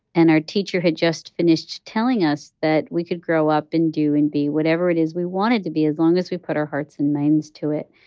and our teacher had just finished telling us that we could grow up and do and be whatever it is we wanted to be as long as we put our hearts and minds to it.